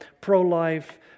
pro-life